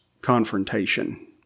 confrontation